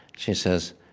she says,